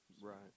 right